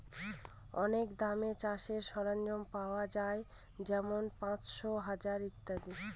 অনেক দামে চাষের সরঞ্জাম পাওয়া যাই যেমন পাঁচশো, হাজার ইত্যাদি